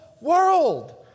world